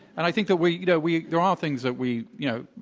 and i think that we, you know we there are things that we, you know,